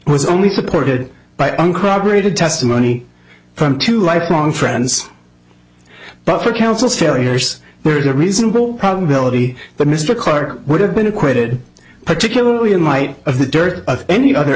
was only supported by uncorroborated testimony from two lifelong friends but for counsel's farriers there is a reasonable probability that mr clarke would have been acquitted particularly in light of the dearth of any other